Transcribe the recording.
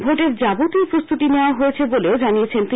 ভোটের যাবতীয় প্রস্তুতি নেওয়া হয়েছে বলেও জানিয়েছেন তিনি